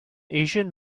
asian